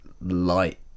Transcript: light